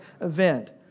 event